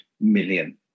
million